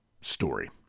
story